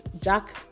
Jack